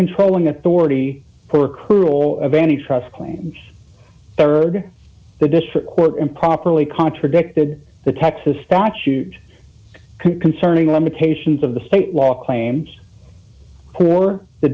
controlling authority for cruel of any trust claims rd the district court improperly contradicted the texas statute concerning limitations of the state law claims for the